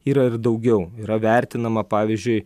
yra ir daugiau yra vertinama pavyzdžiui